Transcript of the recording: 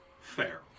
Fair